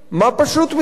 מה פשוט מזה?